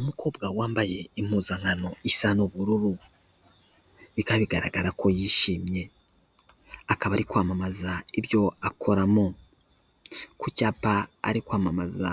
Umukobwa wambaye impuzankano isa n'ubururu, bikaba bigaragara ko yishimye. Akaba ari kwamamaza ibyo akoramo. Ku cyapa ari kwamamaza